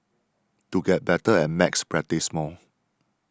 to get better at maths practise more